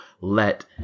let